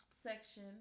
section